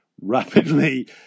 rapidly